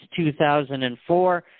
2004